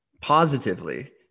positively